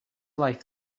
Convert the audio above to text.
life